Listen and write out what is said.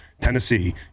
Tennessee